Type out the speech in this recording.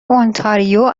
اونتاریو